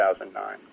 2009